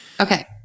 Okay